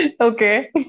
Okay